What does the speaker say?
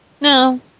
No